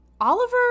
oliver